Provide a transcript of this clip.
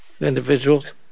individuals